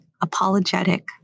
apologetic